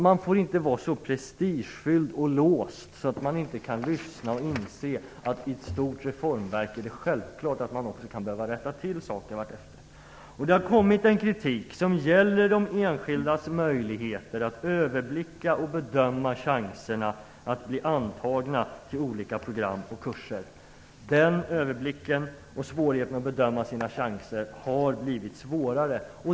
Man får inte vara så prestigefylld och låst att man inte kan lyssna och inse att det i fråga om ett stort reformverk är självklart att det kan vara nödvändigt att allteftersom rätta till saker. Kritik har kommit. Kritiken gäller enskildas möjligheter att överblicka och bedöma sina chanser att bli antagna till olika program och kurser. Den överblicken har blivit svårare, och svårigheten att bedöma sina chanser har blivit större.